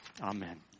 Amen